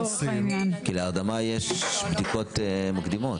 כי להרדמה יש בדיקות מקדימות.